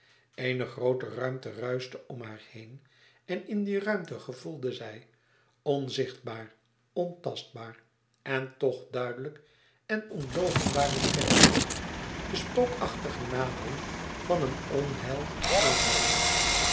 eene groote ruimte ruischte om haar heen en in die ruimte gevoelde zij onzichtbaar ontastbaar en toch duidelijk en onloochenbaar intens de spookachtige nadering van een onheil aan